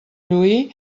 lluir